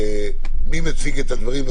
מי מציג את הדברים?